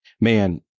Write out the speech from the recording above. man